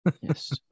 Yes